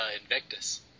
Invictus